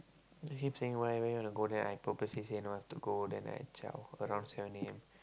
he keep saying why why you wanna go then I purposely say no I have to go then I zao around seven a_m